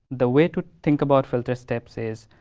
the way to think about filters steps is,